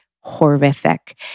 horrific